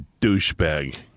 douchebag